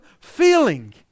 feeling